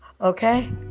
Okay